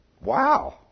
Wow